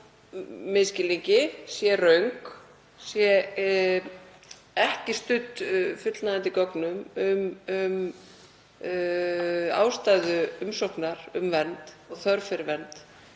misskilningi, sé röng, sé ekki studd fullnægjandi gögnum um ástæðu umsóknar um vernd og þörf fyrir vernd,